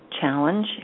challenge